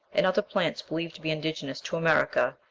and other plants believed to be indigenous to america,